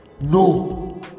no